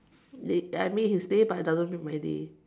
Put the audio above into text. day I made his day but it doesn't make my day